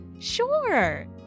Sure